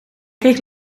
kreeg